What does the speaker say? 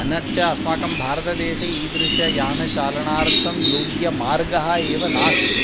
अन्यच्च अस्माकं भारतदेशे ईदृशं यानचालनार्थं योग्यमार्गः एव नास्ति